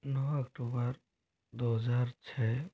नौ अक्टूबर दो हजार छः